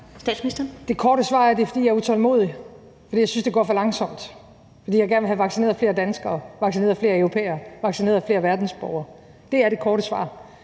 Det korte svar er, at det er, fordi jeg er utålmodig; at det er fordi jeg synes, det går for langsomt; og at det er, fordi jeg gerne vil have vaccineret flere danskere, vaccineret flere europæere og vaccineret flere verdensborgere. Det er det korte svar.